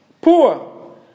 poor